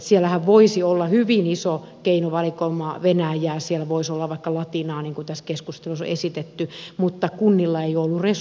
siellähän voisi olla hyvin iso keinovalikoima venäjää siellä voisi olla vaikka latinaa niin kuin tässä keskustelussa on esitetty mutta kunnilla ei ole ollut resursseja siihen